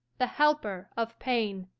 the helper of pain,